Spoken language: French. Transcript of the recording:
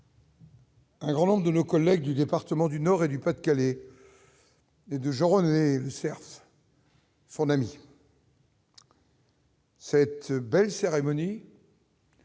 Un grand nombre de nos collègues du département du Nord et du Pas-de-Calais et de Jean-René Lecerf. Cette belle cérémonie.